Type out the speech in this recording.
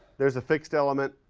there's a fixed element.